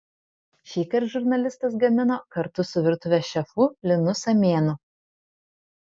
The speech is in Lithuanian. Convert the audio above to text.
šįkart žurnalistas gamino kartu su virtuvės šefu linu samėnu